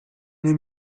nie